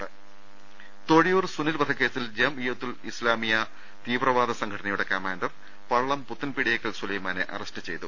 രംഭട്ട്ട്ട്ട്ട്ട്ട്ട്ട തൊഴിയൂർ സുനിൽ വധക്കേസിൽ ജം ഇയ്യത്തുൽ ഇസ്ലാമിയ തീവ്ര വാദ സംഘടനയുടെ കമാൻഡർ പള്ളം പുത്തൻ പീടിയേക്കൽ സുലൈ മാനെ അറസ്റ്റ് ചെയ്തു